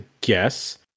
guess